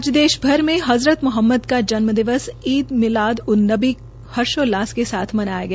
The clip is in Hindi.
आज देशभर में हजरत मोहम्मद का जन्म दिन ईद मिलाद उन नवी हर्षोल्लास से मनाया गया